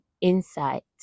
insight